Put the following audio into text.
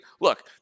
Look